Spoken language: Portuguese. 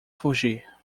fugir